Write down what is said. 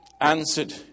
answered